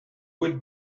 would